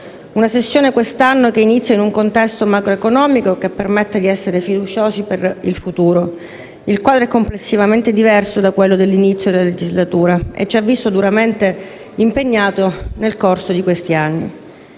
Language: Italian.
Una sessione, quest'anno, che inizia in un contesto macroeconomico che permette di essere fiduciosi per il futuro. Il quadro è complessivamente diverso da quello dell'inizio della legislatura e ci ha visto duramente impegnati nel corso di questi anni.